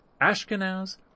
Ashkenaz